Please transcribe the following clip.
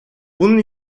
bunun